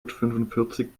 fünfundvierzig